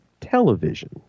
television